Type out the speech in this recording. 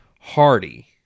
Hardy